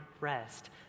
rest